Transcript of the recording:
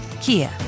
Kia